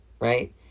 right